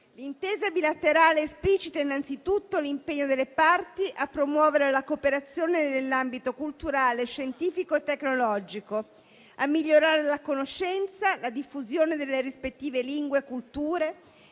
L'intesa bilaterale esplicita innanzitutto l'impegno delle parti a promuovere la cooperazione nell'ambito culturale, scientifico e tecnologico, a migliorare la conoscenza, la diffusione delle rispettive lingue e culture